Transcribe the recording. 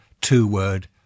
two-word